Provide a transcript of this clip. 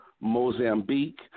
Mozambique